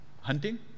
hunting